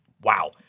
Wow